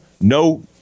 no